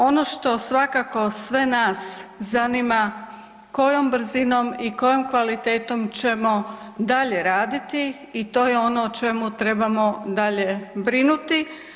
Ono što svakako sve nas zanima kojom brzinom i kojom kvalitetom ćemo dalje raditi i to je ono o čemu trebamo dalje brinuti.